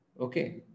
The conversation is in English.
Okay